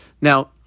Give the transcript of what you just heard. now